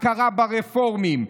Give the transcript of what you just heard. הכרה ברפורמים,